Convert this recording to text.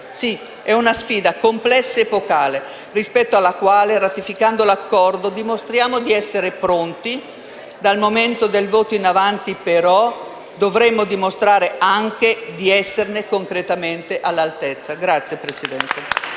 È una sfida complessa ed epocale, rispetto alla quale, ratificando l'Accordo in esame, dimostriamo di essere pronti. Dal momento del voto in avanti, però, dovremo dimostrare anche di esserne concretamente all'altezza. *(Applausi